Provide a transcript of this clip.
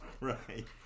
Right